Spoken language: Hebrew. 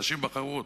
אנשים בחרו בו.